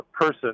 person